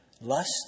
lust